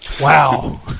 Wow